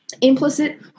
implicit